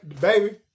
Baby